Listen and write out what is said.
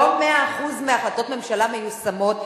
לא 100% החלטות ממשלה מיושמות.